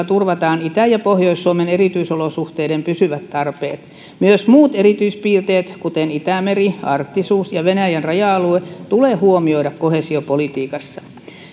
turvataan itä ja pohjois suomen erityisolosuhteiden pysyvät tarpeet myös muut erityispiirteet kuten itämeri arktisuus ja venäjän raja alue tulee huomioida koheesiopolitiikassa